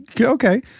Okay